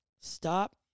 stop